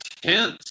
tense